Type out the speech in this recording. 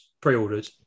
pre-ordered